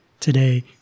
Today